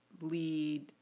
lead